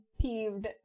peeved